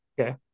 Okay